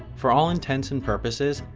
for all intents and purposes,